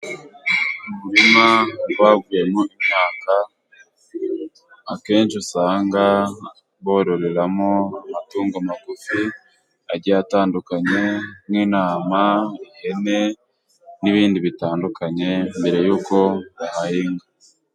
Mu muririma wavuyemo imyaka akenshi usanga bororeramo amatungo magufi agiye atandukanye n'inama, ihene n'ibindi bitandukanye mbere y'uko bahinga.